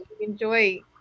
enjoy